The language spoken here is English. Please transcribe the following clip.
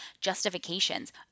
justifications